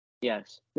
Yes